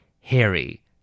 Harry